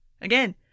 Again